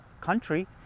country